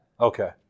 Okay